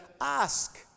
Ask